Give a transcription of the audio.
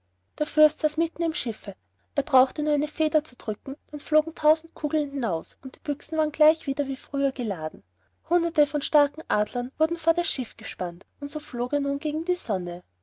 der fürst saß mitten im schiffe er brauchte nur an eine feder zu drücken dann flogen tausend kugeln hinaus und die büchsen waren gleich wieder wie früher geladen hunderte von starken adlern wurden vor das schiff gespannt und so flog er nun gegen die sonne